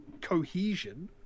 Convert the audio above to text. cohesion